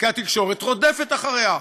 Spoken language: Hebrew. כי התקשורת רודפת אחריה,